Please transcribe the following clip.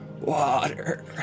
Water